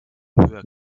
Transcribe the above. höher